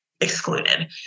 excluded